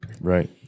Right